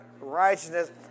Righteousness